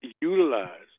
utilize